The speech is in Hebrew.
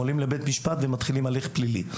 הם עולים לבית משפט ומתחילים הליך פלילי.